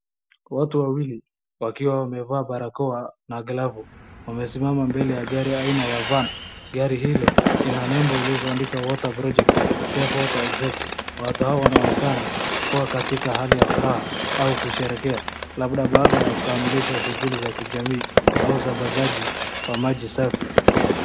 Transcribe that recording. Watu wawili wakiwa wamevaa barakoa na glove wamesimama mbele ya gari aina ya van . Gari hilo lina nembo lililoandika 'Water Project Safe Water Access' . Watu hao wanaonekana kuwa katika hali ya furaha au kusherehekea labda baada ya kukamilisha shughuli za kijamii au usambazaji wa maji safi.